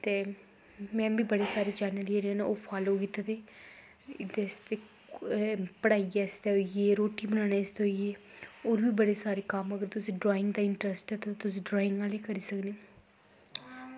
ते में बी बड़े सारे चैनल न जेह्ड़े ओह् फालो कीते दे एह्दे आस्तै पढ़ाई आस्तै होई गे रोटी बनाने आस्तै होई गे होर बी बड़े सारे कम्म अगर तुस ड्राइंग दा इंटरस्ट ऐ ते तुस ड्राइंग आह्ले करी सकने